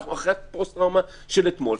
אנחנו אחרי הפוסט טראומה של אתמול,